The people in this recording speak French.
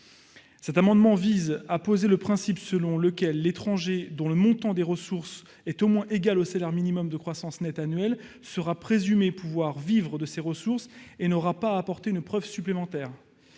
Cet amendement vise à poser pour principe que l'étranger dont le montant des ressources est au moins égal au salaire minimum de croissance net annuel sera présumé pouvoir vivre de ses ressources et n'aura pas à en apporter une preuve. C'est